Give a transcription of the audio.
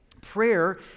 Prayer